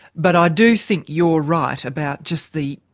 but i do think you're right about just the,